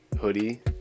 hoodie